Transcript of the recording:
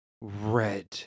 red